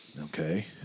okay